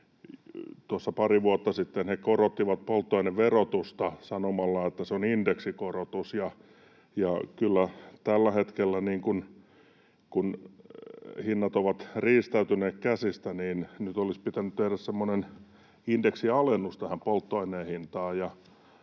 pari vuotta sitten he korottivat polttoaineverotusta sanomalla, että se on indeksikorotus, ja kyllä tällä hetkellä, kun hinnat ovat riistäytyneet käsistä, nyt olisi pitänyt tehdä semmoinen indeksialennus tähän polttoaineen hintaan.